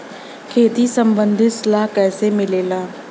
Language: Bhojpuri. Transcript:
खेती संबंधित सलाह कैसे मिलेला?